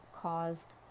caused